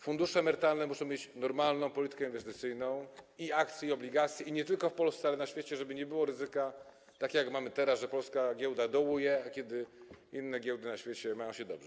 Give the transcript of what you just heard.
Fundusze emerytalne muszą mieć normalną politykę inwestycyjną, i akcje, i obligacje, i nie tylko w Polsce, ale na świecie, żeby nie było ryzyka takiego, jakie mamy teraz, że polska giełda dołuje, kiedy inne giełdy na świecie mają się dobrze.